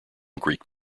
greek